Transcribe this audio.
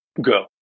Go